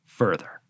Further